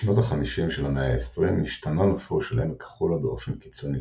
בשנות ה-50 של המאה ה-20 השתנה נופו של עמק החולה באופן קיצוני,